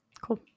Cool